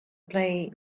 play